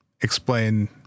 explain